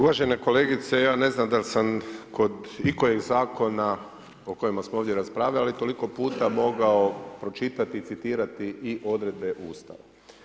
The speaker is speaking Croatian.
Uvažena kolegice ja ne znam da li sam kod ikojeg zakona o kojima smo ovdje raspravljali toliko puta mogao pročitati, citirati i odredbe Ustava.